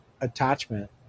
attachment